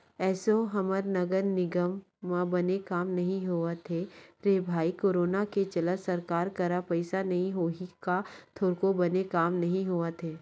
एसो हमर नगर निगम म बने काम नइ होवत हे रे भई करोनो के चलत सरकार करा पइसा नइ होही का थोरको बने काम नइ होवत हे